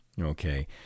okay